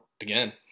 Again